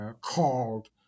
called